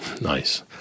Nice